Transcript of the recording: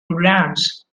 programs